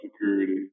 security